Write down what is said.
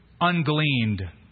ungleaned